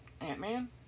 Ant-Man